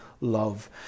love